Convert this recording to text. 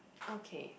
okay